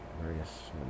various